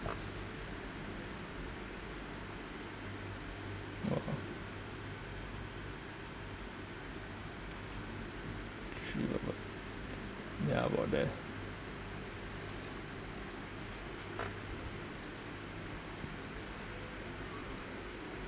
oh ya about there